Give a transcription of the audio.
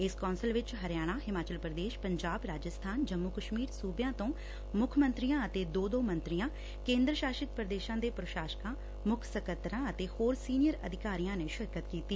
ਇਸ ਕੌਂਸਲ ਚ ਹਰਿਆਣਾ ਹਿਮਾਚਲ ਪ੍ਦੇਸ਼ ਪੰਜਾਬ ਰਾਜਸਬਾਨ ਜੰਮੂ ਕਸ਼ਮੀਰ ਸੂਬਿਆਂ ਤੋਂ ਮੁੱਖ ਮੰਤਰੀਆਂ ਅਤੇ ਦੋ ਦੋ ਮੰਤਰੀਆਂ ਕੇਂਦਰ ਸਾਸ਼ਤ ਪ੍ਰਦੇਸ਼ਾਂ ਦੇ ਪ੍ਰਸ਼ਾਸਕਾਂ ਮੁੱਖ ਸਕੱਤਰ ਅਤੇ ਹੋਰ ਸੀਨੀਅਰ ਅਧਿਕਾਰੀਆਂ ਨੇ ਸ਼ਿਰਕਤ ਕੀਤੀ